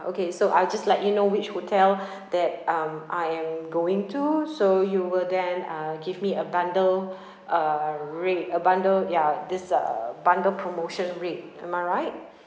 okay so I just let you know which hotel that um I am going to so you will then uh give me a bundled uh rate a bundled ya this uh bundled promotion rate am I right